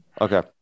Okay